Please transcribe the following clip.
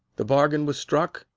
the bargain was struck,